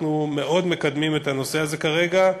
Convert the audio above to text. אנחנו מאוד מקדמים את הנושא הזה כרגע,